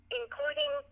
including